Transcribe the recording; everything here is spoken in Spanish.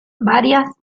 varias